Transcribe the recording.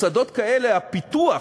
בשדות כאלה הפיתוח